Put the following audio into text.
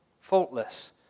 faultless